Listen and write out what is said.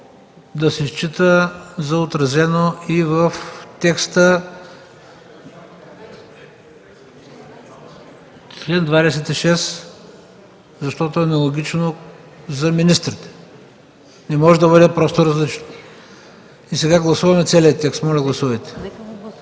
да се счита за отразено и в текста на чл. 26, защото е аналогично за министрите. Не може да бъде различно. Сега гласуваме целия текст. Гласували